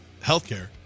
Healthcare